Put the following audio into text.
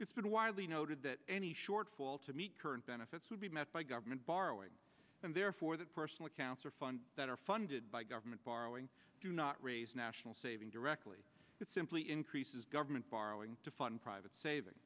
it's been widely noted that any shortfall to meet current benefits would be met by government borrowing and therefore that personal accounts are funds that are funded by government borrowing do not raise national savings directly it simply increases government borrowing to fun private saving